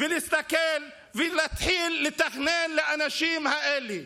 ולהסתכל ולהתחיל לתכנן לאנשים האלה.